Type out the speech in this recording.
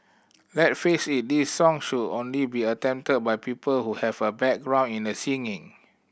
let face it this song should only be attempted by people who have a background in the singing